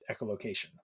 echolocation